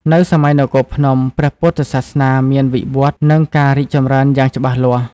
នៅសម័យនគរភ្នំ ព្រះពុទ្ធសាសនាមានវិវឌ្ឍន៍ និងការរីកចម្រើនយ៉ាងច្បាស់លាស់ ។